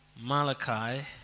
Malachi